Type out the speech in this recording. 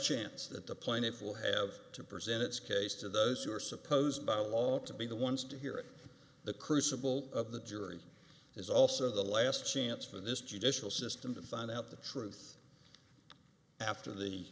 chance that the plaintiff will have to present its case to those who are supposed by law to be the ones to hear the crucible of the jury is also the last chance for this judicial system to find out the truth after the